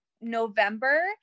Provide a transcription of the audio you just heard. November